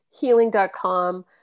healing.com